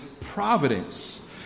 providence